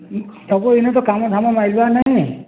ତାକୁ ଏଇନେ ତ କାମ ଧାମ ମାଗିବାର୍ ନାଇଁ